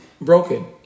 broken